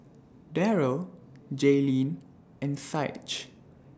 Darryll Jayleen and Saige